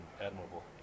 admirable